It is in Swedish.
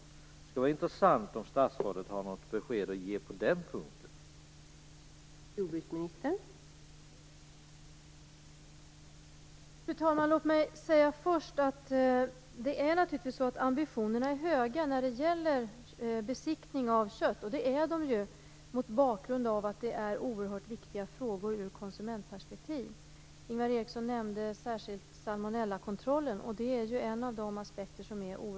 Det skulle vara intressant om statsrådet hade något besked att ge på den punkten.